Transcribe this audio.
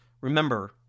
remember